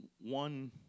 One